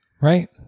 Right